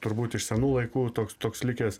turbūt iš senų laikų toks toks likęs